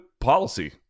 policy